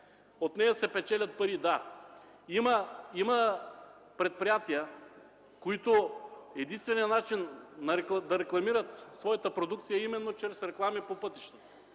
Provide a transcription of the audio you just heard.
България се печелят пари. Има предприятия, на които единственият начин да рекламират своята продукция е именно чрез реклами по пътищата.